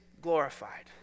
glorified